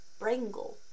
brangle